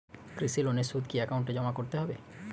কৃষি লোনের সুদ কি একাউন্টে জমা করতে হবে?